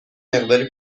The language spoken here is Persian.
مقداری